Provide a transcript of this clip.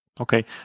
Okay